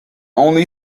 only